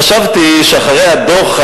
חשבתי שאחרי הדוח,